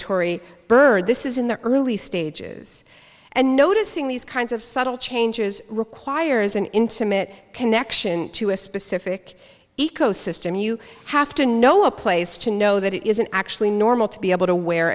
tory bird this is in the early stages and noticing these kinds of subtle changes requires an intimate connection to a specific ecosystem you have to know a place to know that it isn't actually normal to be able to wear